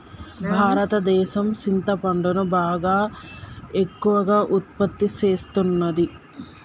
భారతదేసం సింతపండును బాగా ఎక్కువగా ఉత్పత్తి సేస్తున్నది